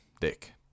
Dick